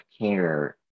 care